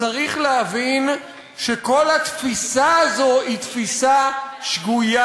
צריך להבין שכל התפיסה הזו היא תפיסה שגויה.